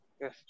yes